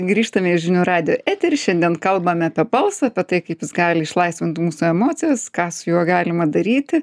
grįžtame į žinių radijo eterį šiandien kalbame apie balsą apie tai kaip jis gali išlaisvint mūsų emocijas ką su juo galima daryti